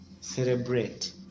celebrate